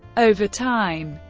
over time,